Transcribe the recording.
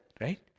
right